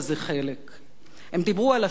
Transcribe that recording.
הם דיברו על שלום ועל הדמוקרטיה,